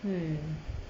hmm